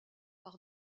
par